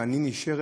ואני נשארת.